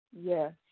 Yes